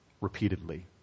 repeatedly